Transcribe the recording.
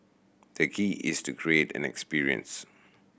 the key is to create an experience